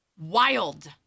wild